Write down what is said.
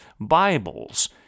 Bibles